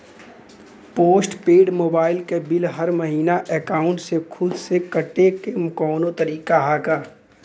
Post paid mobile क bill हर महिना एकाउंट से खुद से कटे क कौनो तरीका ह का?